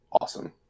awesome